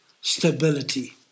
stability